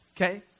okay